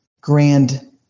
grand